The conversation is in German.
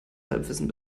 halbwissen